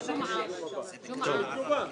8 נמנעים,